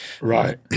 Right